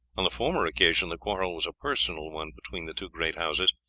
on the former occasion the quarrel was a personal one between the two great houses,